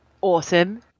Awesome